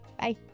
Bye